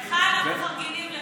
לך אנחנו מפרגנים.